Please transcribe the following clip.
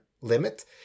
limit